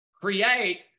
create